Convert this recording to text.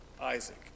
Isaac